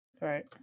Right